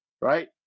right